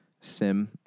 sim